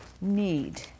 need